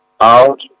out